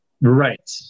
Right